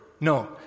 no